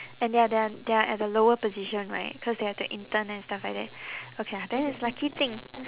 and they are they are they are at the lower position right cause they have to intern and stuff like that okay lah then it's lucky thing